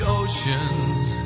oceans